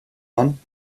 man